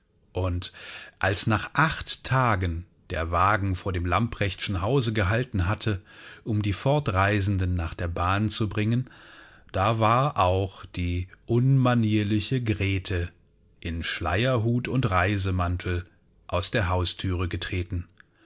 und als nach acht tagen der wagen vor dem lamprechtschen hause gehalten hatte um die fortreisenden nach der bahn zu bringen da war auch die unmanierliche grete in schleierhut und reisemantel aus der hausthüre getreten